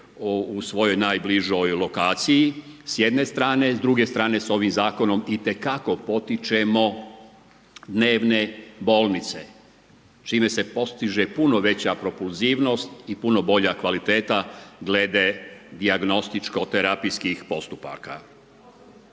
u svojoj najbližoj lokaciji s jedne strane. S druge strane s ovim zakonom itekako potičemo dnevne bolnice s čime se postiže puno veća propulzivnost i puno bolja kvaliteta glede dijagnostičko-terapijskih postupaka.